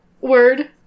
word